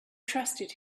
trusted